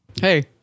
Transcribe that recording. Hey